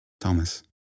Thomas